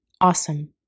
Awesome